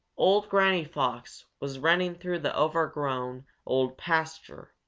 old granny fox was running through the overgrown old pasture,